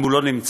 אם הוא לא נמצא,